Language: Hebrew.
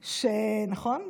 נכון?